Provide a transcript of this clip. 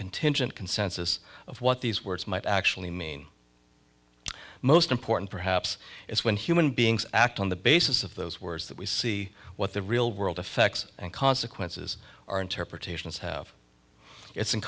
contingent consensus of what these words might actually mean most important perhaps is when human beings act on the basis of those words that we see what the real world effects and consequences are interpretations have it's in